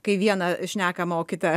kai viena šnekama o kita